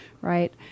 right